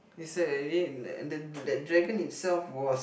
is the that Dragon itself was